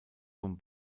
vom